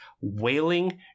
wailing